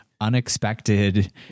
unexpected